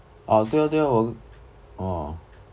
ah 对 lor 对 lor 我